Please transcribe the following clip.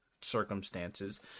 circumstances